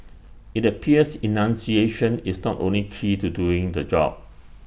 IT appears enunciation is not only key to doing the job